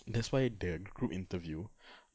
that's why the gr~ group interview